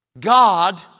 God